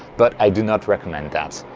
but i do not recommend that.